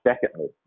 Secondly